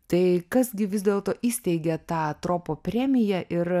tai kas gi vis dėlto įsteigė tą tropo premiją ir